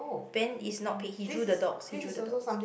Ben is not he drew the dogs he drew the dogs